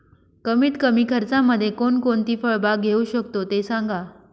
कमीत कमी खर्चामध्ये कोणकोणती फळबाग घेऊ शकतो ते सांगा